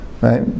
right